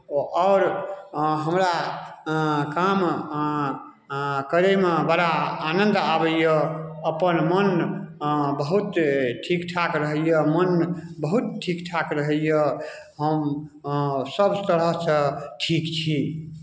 आओर हमरा काम करैमे बड़ा आनन्द आबैए अपन मन बहुत ठीक ठाक रहैए मन बहुत ठीक ठाक रहैए हम सभतरहसँ ठीक छी